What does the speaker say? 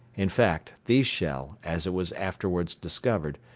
in fact, these shell, as it was afterwards discovered,